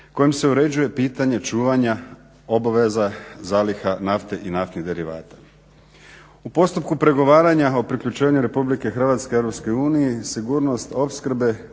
kojom se uređuje pitanje čuvanja obveza zaliha nafte i naftnih derivata. U postupku pregovaranja o priključenju Republike Hrvatske EU sigurnost opskrbe